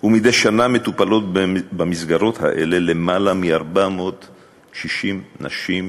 ומדי שנה מטופלות במסגרות האלה למעלה מ-460 נשים,